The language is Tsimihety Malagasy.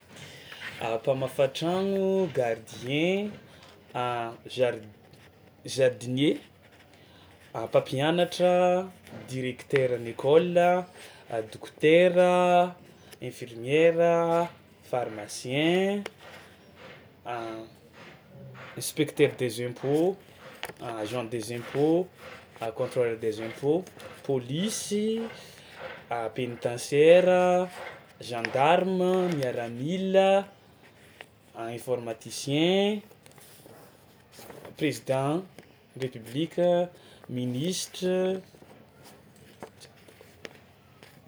A mpamafa tragno, gardien, jar- jardinier, a mpampianatra, direkteran'ny école a, a dokotera, infirmiera, pharmacien, inspecteur des impôts, a agent des impôts, a contrôleur des impôts, pôlisy, a pénitentiaire a, gendarme, miaramila, a informaticien, président république, minisitra.